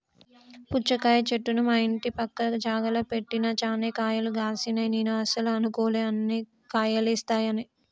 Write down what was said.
పుచ్చకాయ చెట్టును మా ఇంటి పక్క జాగల పెట్టిన చాన్నే కాయలు గాశినై నేను అస్సలు అనుకోలే అన్ని కాయలేస్తాయని